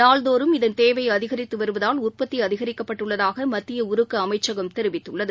நாள்தோறும் இதன் தேவைஅதிகரித்துவருவதால் உற்பத்திஅதிகரிக்கப்பட்டுள்ளதாகமத்தியஉருக்குஅமைச்சகம் தெரிவித்துள்ளது